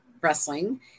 Wrestling